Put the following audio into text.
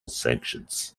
sanctions